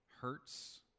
hurts